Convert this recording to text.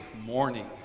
morning